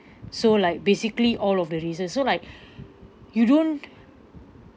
so like basically all of the reasons so like you don't